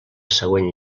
següent